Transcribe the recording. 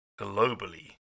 globally